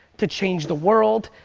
to change the world.